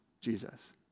Jesus